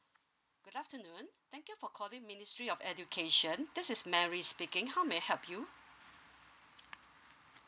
good afternoon thank you for calling ministry of education this is mary speaking how may I help you